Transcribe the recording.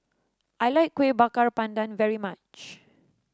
I like Kuih Bakar Pandan very much